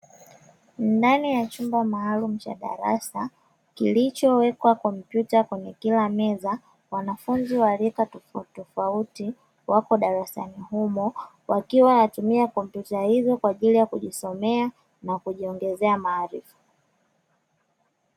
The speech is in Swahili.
Ndani ya chumba maalumu cha darasa, kilichowekwa kompyuta kwenye kila meza, wanafunzi wa rika tofautitofauti wako darasani humo, wakiwa wanatumia kompyuta hizo kwa ajili ya kujisomea na kujiongezea maarifa.